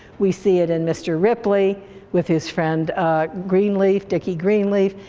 we see it in mr. ripley with his friend greenleaf, dickie greenleaf,